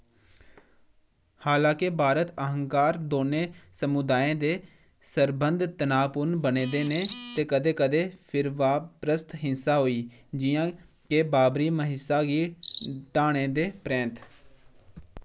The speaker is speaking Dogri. हालां के भारत आंह्गार दौनें समुदायें दे सरबन्ध तनावपूर्ण बने दे न ते कदें कदें फिरका परस्त हिंसा होई जि'यां के बाबरी मस्जिद गी ढाने दे परैंत्त